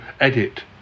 edit